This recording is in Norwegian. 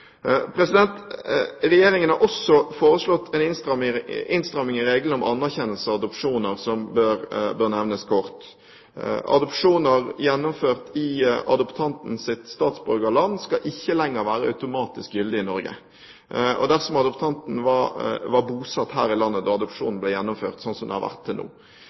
Regjeringen har også foreslått en innstramming i reglene om anerkjennelse av adopsjoner som bør nevnes kort. Adopsjoner gjennomført i adoptantens statsborgerland skal ikke lenger være automatisk gyldige i Norge dersom adoptanten var bosatt her i landet da adopsjonen ble gjennomført, slik som det har vært til nå.